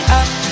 up